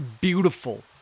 beautiful